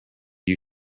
you